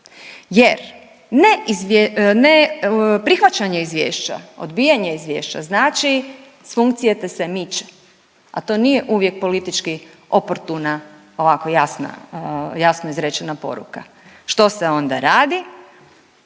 ne prihvaćanje izvješća, odbijanje izvješća znači s funkcije te se miče, a to nije uvijek politički oportuna ovako jasna, jasno izrečena poruka. Što se onda radi?